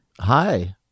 hi